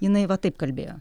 jinai va taip kalbėjo